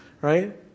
right